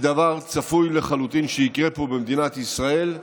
היא דבר שצפוי לחלוטין שיקרה פה במדינת ישראל.